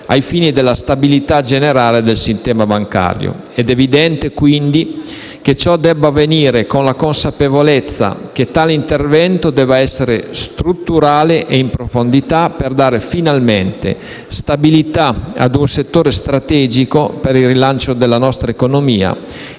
ai fini della stabilità generale del sistema bancario. È quindi evidente che ciò debba avvenire con la consapevolezza che tale intervento debba essere strutturale e andare in profondità per dare finalmente stabilità ad un settore strategico per il rilancio della nostra economia